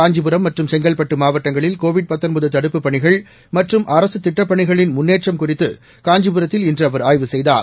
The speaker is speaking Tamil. காஞ்சிபுரம் மற்றம் செங்கற்பட்டு மாவட்டங்களில் கோவிட் தடுப்புப் பணிகள் மற்றும் அரசு திட்டப் பணிகளின் முன்னேற்றம் குறித்து காஞ்சிபுரத்தில் இன்று அவர் ஆய்வு செய்தார்